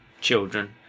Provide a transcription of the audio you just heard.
Children